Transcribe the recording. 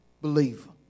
believer